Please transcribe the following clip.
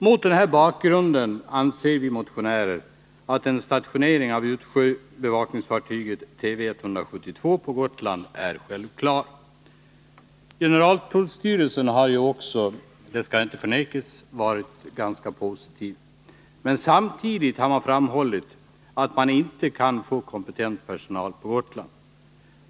Mot denna bakgrund anser vi motionärer att en stationering av utsjöbevakningsfartyget Tv 172 på Gotland är självklar. Generaltullstyrelsen har — det skall inte förnekas — uttalat sig positivt. Men samtidigt har man framhållit att man inte kan få kompetent personal på Gotland.